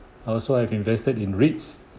also I've invested in REITs